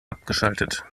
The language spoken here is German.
abgeschaltet